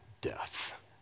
death